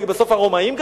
ובסוף גם הרומאים,